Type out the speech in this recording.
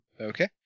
Okay